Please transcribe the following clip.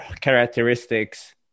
characteristics